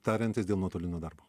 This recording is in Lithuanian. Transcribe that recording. tariantis dėl nuotolinio darbo